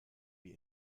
wie